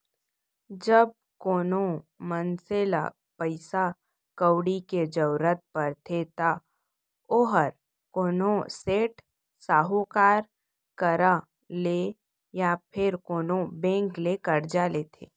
जब कोनो मनसे ल पइसा कउड़ी के जरूरत परथे त ओहर कोनो सेठ, साहूकार करा ले या फेर कोनो बेंक ले करजा लेथे